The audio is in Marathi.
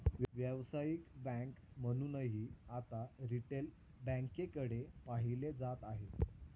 व्यावसायिक बँक म्हणूनही आता रिटेल बँकेकडे पाहिलं जात आहे